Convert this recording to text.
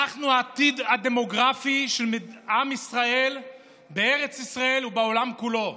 אנחנו העתיד הדמוגרפי של עם ישראל בארץ ישראל ובעולם כולו.